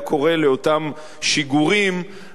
היה קורא לאותם שיגורים,